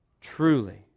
truly